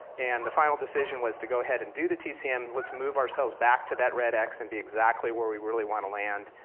and the final decision was to go ahead and do the tcm, let's move ourselves back to that red x and be exactly where we really wanna land,